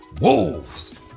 wolves